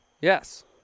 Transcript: Yes